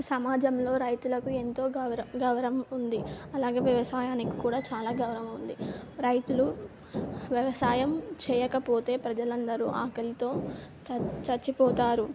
సమాజంలో రైతులకు ఎంతో గౌర గౌరం ఉంది అలాగే వ్యవసాయానికి కూడా చాలా గౌరవం ఉంది రైతులు వ్యవసాయం చేయకపోతే ప్రజలందరూ ఆకలితో చనిపోతారు